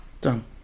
Done